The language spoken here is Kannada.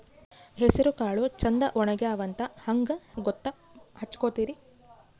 ಹೆಸರಕಾಳು ಛಂದ ಒಣಗ್ಯಾವಂತ ಹಂಗ ಗೂತ್ತ ಹಚಗೊತಿರಿ?